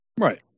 Right